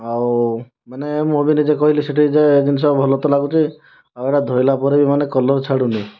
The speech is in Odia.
ଆଉ ମାନେ ମୁଁ ବି ନିଜେ କହିଲି ସେଇଠି ଯେ ଜିନିଷ ଭଲ ତ ଲାଗୁଛି ଆଉ ଏଇଟା ଧୋଇଲା ପରେ ବି କଲର ଛାଡ଼ୁନି